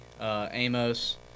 Amos